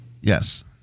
Yes